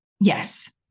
Yes